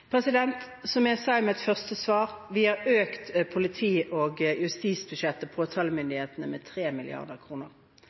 Som jeg sa i mitt første svar: Vi har økt politi- og justisbudsjettet